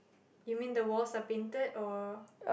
you mean the walls are painted or